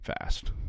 fast